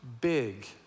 big